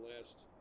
last